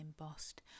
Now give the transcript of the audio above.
embossed